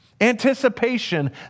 Anticipation